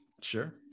Sure